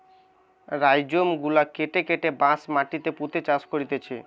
rhizome গুলা কেটে কেটে বাঁশ মাটিতে পুঁতে চাষ করতিছে